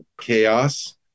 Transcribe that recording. chaos